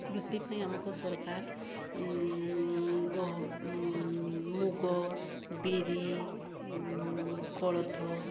କୃଷି ପାଇଁ ଆମକୁ ସରକାର ମୁଗ ବିରି କୋଳଥ